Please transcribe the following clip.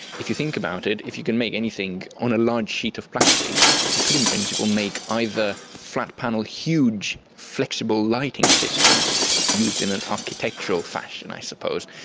if you think about it, if you could make anything on a large sheet of plastic you could in principle make either flat panel huge flexible lighting systems used in an architectural fashion i suppose,